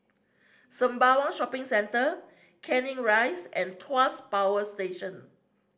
Sembawang Shopping Centre Canning Rise and Tuas Power Station